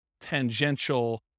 tangential